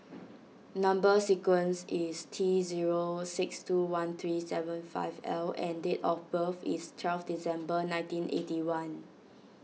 Number Sequence is T zero six two one three seven five L and date of birth is twelve December nineteen eighty one